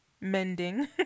Mending